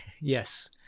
Yes